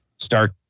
start